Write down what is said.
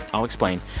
i'll explain.